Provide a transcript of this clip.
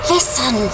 Listen